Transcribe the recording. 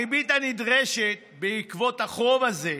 הריבית הנדרשת בעקבות החוב הזה,